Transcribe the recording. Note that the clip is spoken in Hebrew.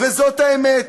וזאת האמת.